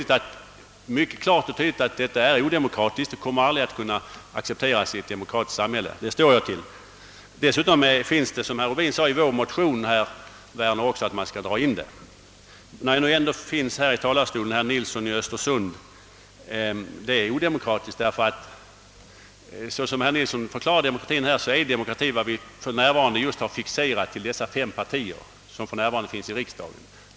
Jag har tydligt och klart framhållit att partistödet är odemokratiskt och aldrig kommer att kunna accepteras i ett demokratiskt samhälle. Det står jag för. Dessutom föreslås det i vår motion att partistödet skall dras in. När jag ändå står här i talarstolen vill jag säga till herr Nilsson i Östersund, att partistödet inte kan vara demokratiskt, eftersom man då fixerar demokratien till de fem partier som för närvarande finns i riksdagen.